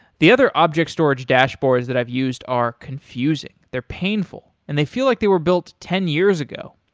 the other object storage dashboards that i've used are confusing. they're painful, and they feel like they were built ten years ago.